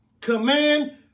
command